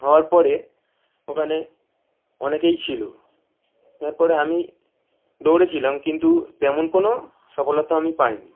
হওয়ার পরে ওখানে অনেকেই ছিলো যার পরে আমি দৌড়েছিলাম কিন্তু তেমন কোনো সফলতা আমি পাই নি